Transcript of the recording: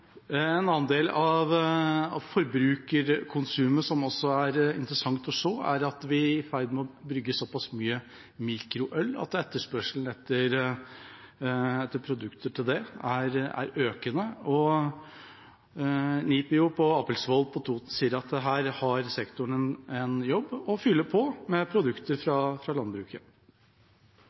En andel av forbrukerkonsumet som også er interessant å se, er at vi er i ferd med å brygge såpass mye mikroøl at etterspørselen etter produkter til det er økende. Nibio Apelsvoll på Toten sier at her har sektoren en jobb med å fylle på med produkter fra landbruket.